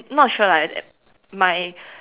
not sure lah my